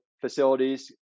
facilities